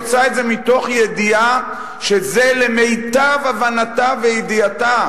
היא עושה את זה מתוך ידיעה שזה למיטב הבנתה וידיעתה,